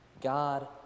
God